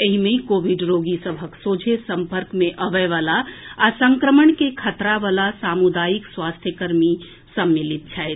एहि मे कोविड रोगी सभक सोझे सम्पर्क मे अबएवला आ संक्रमण के खतरा वला सामुदायिक स्वास्थ्य कर्मी सम्मिलित छथि